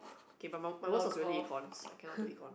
okay my my worst was really eEcons I cannot do eEcons